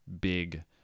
big